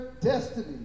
Destiny